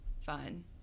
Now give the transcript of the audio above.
fun